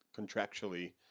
contractually